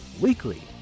weekly